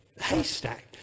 haystack